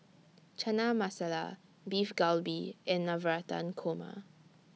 Chana Masala Beef Galbi and Navratan Korma